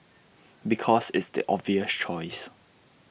because it's the obvious choice